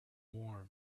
warm